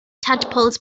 tadpoles